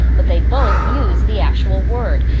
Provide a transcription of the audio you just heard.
but they both use the actual word.